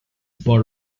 part